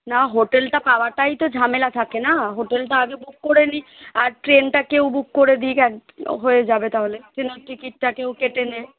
না হোটেলটা পাওয়াটাই তো ঝামেলা থাকে না হোটেলটা আগে বুক করে নি আর ট্রেনটা কেউ বুক করে দিক এক হয়ে যাবে তাহলে ট্রেনের টিকিটটা কেউ কেটে নে